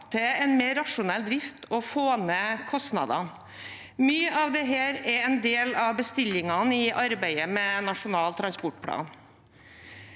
til en mer rasjonell drift og få ned kostnadene. Mye av dette er en del av bestillingen i arbeidet med Nasjonal transportplan.